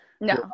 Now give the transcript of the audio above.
no